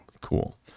Cool